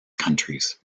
countries